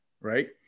right